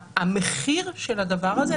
המחיר של הדבר הזה,